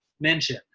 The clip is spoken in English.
mention